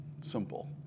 simple